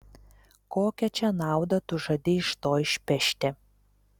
kokią čia naudą tu žadi iš to išpešti